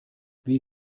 wie